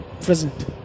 present